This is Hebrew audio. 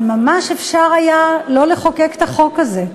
אבל ממש אפשר היה לא לחוקק את החוק הזה.